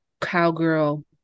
cowgirl